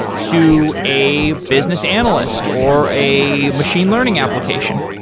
to a business analyst, or a machine learning application?